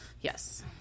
Yes